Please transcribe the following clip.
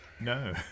No